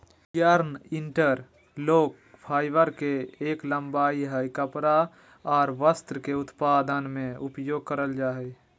yarn interlock, fibre के एक लंबाई हय कपड़ा आर वस्त्र के उत्पादन में उपयोग करल जा हय